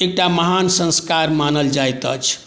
एकटा महान संस्कार मानल जाइत अछि